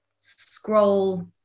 scroll